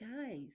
guys